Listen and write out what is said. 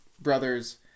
Brothers